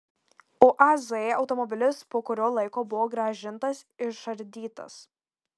uaz automobilis po kurio laiko buvo grąžintas išardytas